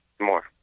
more